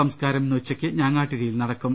സംസ്കാരം ഇന്ന് ഉച്ചയ്ക്ക് ഞാങ്ങാട്ടിരിയിൽ നടക്കും